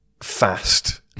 fast